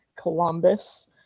Columbus